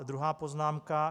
Druhá poznámka.